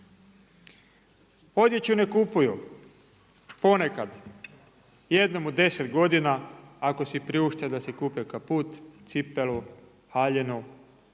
Odjeću ne kupuju, ponekad. Jednom u 10 godina, ako si priušte da si kupe kaput, cipelu, haljinu,